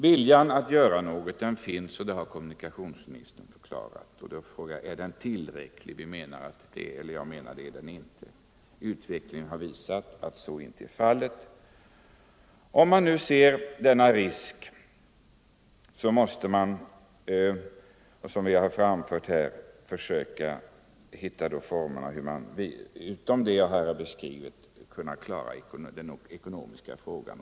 Viljan att göra något finns. Det har kommunikationsministern förklarat. Men jag vill fråga: Är den tillräcklig? Jag menar att den inte är det. Utvecklingen har visat att så inte är fallet. När vi nu noterar alla dessa besvärligheter, så måste man — vilket vi också har framhållit — försöka hitta former för att klara den ekonomiska sidan av problemen.